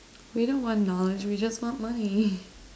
we don't want knowledge we just want money